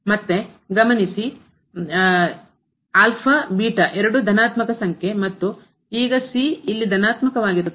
ಮತ್ತೆ ಗಮನಿಸಿ ಎರಡೂ ಧನಾತ್ಮಕ ಸಂಖ್ಯೆ ಮತ್ತು ಈಗ ಇಲ್ಲಿ ಧನಾತ್ಮಕವಾಗಿರುತ್ತದೆ